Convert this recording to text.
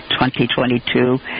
2022